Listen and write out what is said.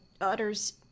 utters